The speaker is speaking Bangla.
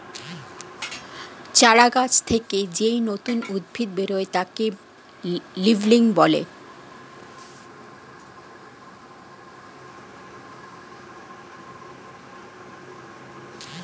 চারা গাছ থেকে যেই নতুন উদ্ভিদ বেরোয় তাকে সিডলিং বলে